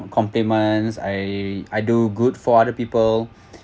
compliments I I do good for other people